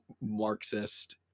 Marxist